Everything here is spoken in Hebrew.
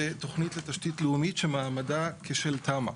בתוכנית התשתית הלאומית שמעמדה כשל תמ"א.